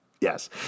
Yes